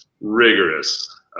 rigorous